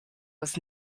was